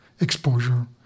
exposure